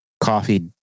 coffee